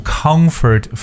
comfort